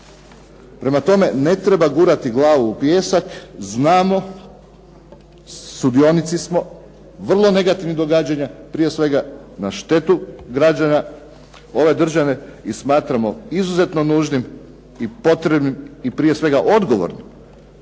Prema tome ne treba gurati glavu u pijesak, znamo, sudionici smo vrlo negativnih događanja, prije svega na štetu građana ove države i smatramo izuzetno nužnim i potrebnim i prije svega odgovornim